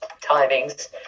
timings